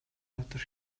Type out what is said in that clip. дотор